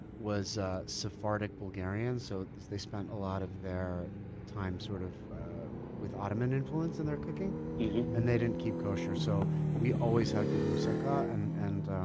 ah sephardic bulgarian, so they spent a lot of their time sort of with ottoman influence in their cooking and they didn't keep kosher, so we always had good moussaka. and and